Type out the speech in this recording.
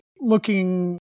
looking